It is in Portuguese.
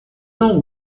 não